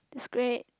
it's great